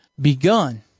begun